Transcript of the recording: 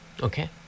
Okay